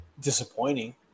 disappointing